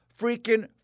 freaking